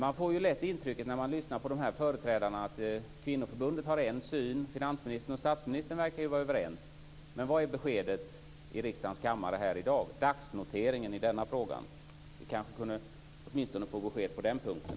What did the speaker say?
Man får lätt det intrycket när man lyssnar på dessa företrädare att kvinnoförbundet har en syn, finansministern och statsministern verkar vara överens. Men vad är beskedet i riksdagens kammare i dag, dagsnoteringen i denna fråga? Vi kanske kunde få besked åtminstone på den punkten.